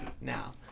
now